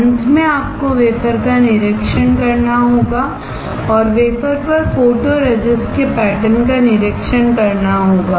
अंत में आपको वेफर का निरीक्षण करना होगा और वेफर पर फोटोरेसिस्ट के पैटर्न का निरीक्षण करना होगा